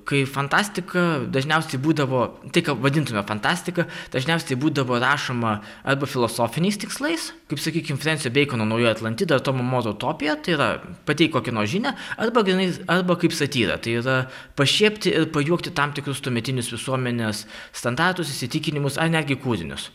kai fantastika dažniausiai būdavo tai ką vadintume fantastika dažniausiai būdavo rašoma arba filosofiniais tikslais kaip sakykim frensio beikono naujoji atlantida arba tomo moro utopija tai yra pateikt kokią nors žinią arba grynai arba kaip satyra tai yra pašiepti ir pajuokti tam tikrus tuometinius visuomenės standartus įsitikinimus ar netgi kūrinius